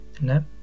No